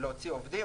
להוציא עובדים,